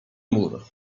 mur